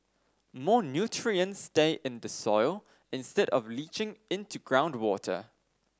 more nutrients stay in the soil instead of leaching into groundwater